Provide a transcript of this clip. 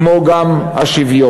כמו גם השוויון.